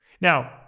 Now